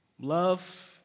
Love